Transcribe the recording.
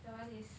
that one is